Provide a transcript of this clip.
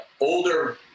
older